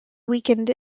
weakened